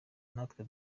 natwe